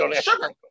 Sugar